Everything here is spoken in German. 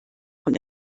von